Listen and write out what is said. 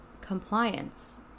compliance